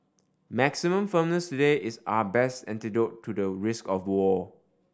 maximum firmness today is our best antidote to the risk of war